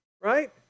Right